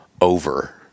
over